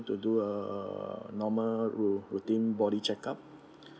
to do a normal rou~ routine body checkup